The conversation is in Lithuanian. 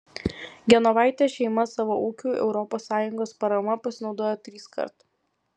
genovaitės šeima savo ūkiui europos sąjungos parama pasinaudojo triskart